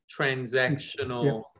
transactional